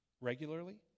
regularly